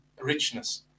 richness